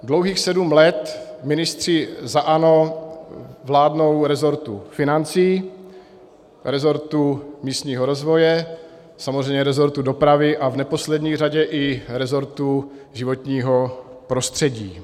Dlouhých sedm let ministři za ANO vládnou resortu financí, resortu místního rozvoje, samozřejmě resortu dopravy a v neposlední řadě i resortu životního prostředí.